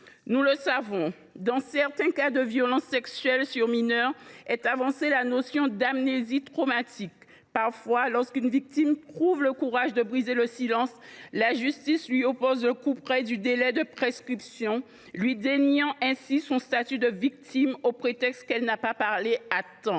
condamnations. Dans certains cas de violences sexuelles sur mineures, la notion d’amnésie traumatique est avancée. Parfois, lorsqu’une victime trouve le courage de briser le silence, la justice lui oppose le couperet du délai de prescription, lui déniant ainsi son statut de victime au prétexte qu’elle n’a pas parlé à temps.